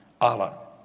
Allah